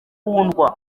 kundwa